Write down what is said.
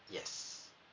yes